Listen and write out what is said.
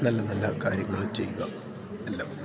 നല്ല നല്ല കാര്യങ്ങള് ചെയ്യുക എല്ലാം